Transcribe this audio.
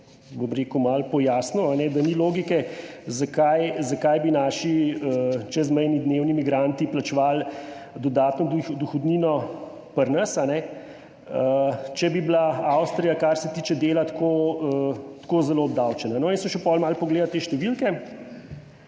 Tanko že malo pojasnil, da ni logike, zakaj bi naši čezmejni dnevni migranti plačevali dodatno dohodnino pri nas, če bi bila Avstrija, kar se tiče dela, tako zelo obdavčena. In sem šel potem malo pogledat te številke,